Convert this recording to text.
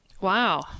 Wow